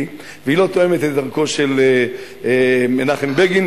והיא לא תואמת את דרכו של מנחם בגין,